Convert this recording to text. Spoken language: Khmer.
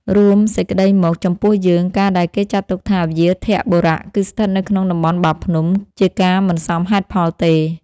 រួមសេចក្តីមក ចំពោះយើង ការដែលគេចាត់ទុកថា វ្យាធបុរៈគឺស្ថិតនៅក្នុង តំបន់ បាភ្នំ ជាការមិនសមហេតុផលទេ។